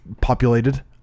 populated